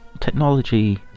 technology